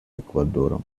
эквадором